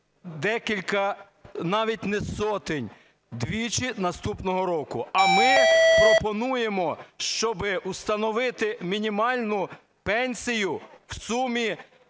декілька навіть не сотень, двічі наступного року. А ми пропонуємо, щоби установити мінімальну пенсію в сумі